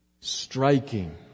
striking